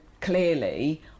clearly